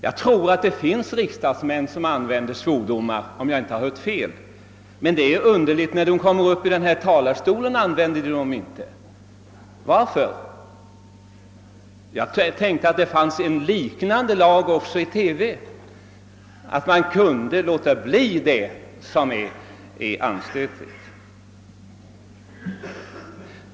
Jag tror att det finns riksdagsmän som använder svordomar — om jag inte har hört alldeles fel — men det är underligt: när de kommer upp i denna talarstol använder de dem inte. Varför? Jag tänkte att det fanns en liknande lag som gällde också för TV, nämligen att man borde låta bli att sända det som är anstötligt.